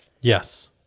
Yes